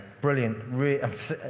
brilliant